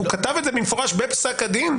והוא כתב את זה במפורש בפסק הדין.